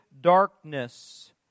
darkness